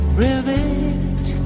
rivet